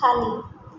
खाली